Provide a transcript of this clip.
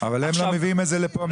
עכשיו --- אבל הם לא מביאים את זה לפה,